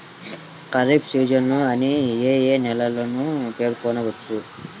Kharif season అని ఏ ఏ నెలలను పేర్కొనవచ్చు?